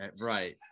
Right